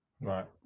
Right